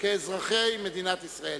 כאזרחי מדינת ישראל.